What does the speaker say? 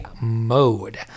mode